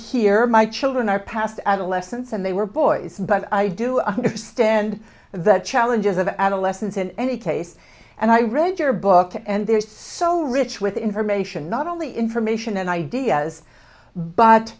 here my children are past adolescence and they were boys but i do understand that challenges of adolescence in any case and i read your book and there is so rich with information not only information and ideas but